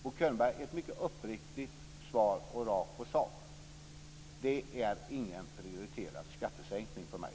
Mitt svar är mycket uppriktigt och rakt på sak: Det är ingen prioriterad skattesänkning för mig.